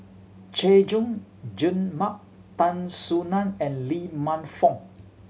Chay Jung Jun Mark Tan Soo Nan and Lee Man Fong